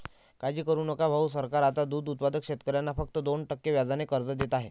काळजी करू नका भाऊ, सरकार आता दूध उत्पादक शेतकऱ्यांना फक्त दोन टक्के व्याजाने कर्ज देत आहे